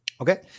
okay